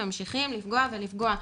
והם ממשיכים לפגוע ולפגוע.